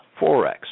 forex